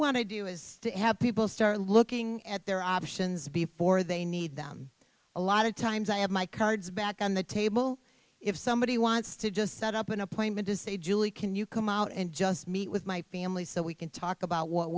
want to do is to have people start looking at their options before they need them a lot of times i have my cards back on the table if somebody wants to just set up an appointment to say julie can you come out and just meet with my family so we can talk about what